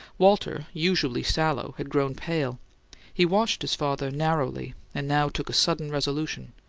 walter, usually sallow, had grown pale he watched his father narrowly, and now took a sudden resolution.